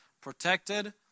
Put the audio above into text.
protected